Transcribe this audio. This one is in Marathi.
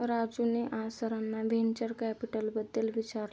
राजूने आज सरांना व्हेंचर कॅपिटलबद्दल विचारले